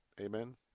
Amen